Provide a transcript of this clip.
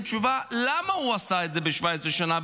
תשובה למה הוא עשה את זה ב-17 שנה,